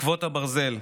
עקבות הברזל,